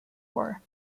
war